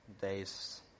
days